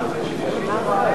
4),